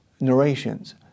narrations